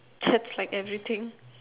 that's like everything